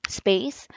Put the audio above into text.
space